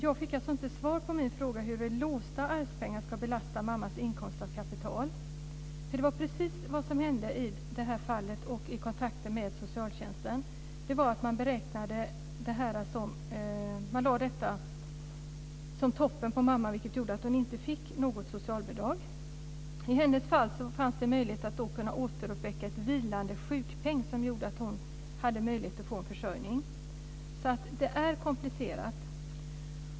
Jag fick alltså inte svar på min fråga huruvida låsta arvspengar ska belasta mammans inkomst av kapital. Det var precis det som hände i det här fallet vid kontakter med socialtjänsten. Man lade dessa pengar på toppen av mammans inkomster, vilket gjorde att hon inte fick något socialbidrag. I hennes fall fanns det möjlighet att återuppväcka en vilande sjukpenning som gjorde att hon kunde försörja sig. Det är alltså komplicerat.